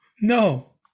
No